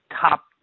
top